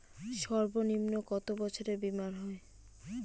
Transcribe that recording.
সর্বনিম্ন কত বছরের বীমার হয়?